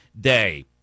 Day